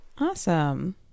Awesome